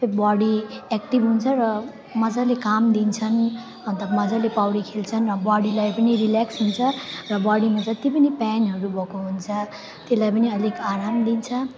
सबै body active हुन्छ र मजाले काम दिन्छन् अन्त मजाले पौडी खेल्छन् र बडीलाई पनि रिलेक्स हुन्छ र बडीमा जति पनि पेनहरू भएको हुन्छ त्यसलाई पनि अलिक आराम दिन्छ